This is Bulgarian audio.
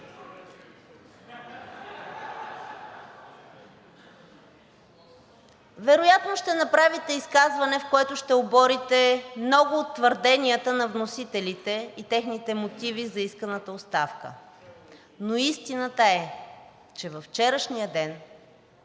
Вероятно ще направите изказване, в което ще оборите много от твърденията на вносителите и техните мотиви за исканата оставка, но истината е, че във вчерашния ден